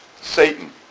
Satan